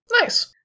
nice